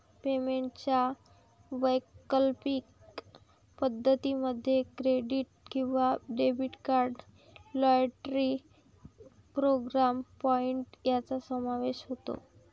पेमेंटच्या वैकल्पिक पद्धतीं मध्ये क्रेडिट किंवा debit card, loyalty programme point यांचा समावेश होतो